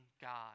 God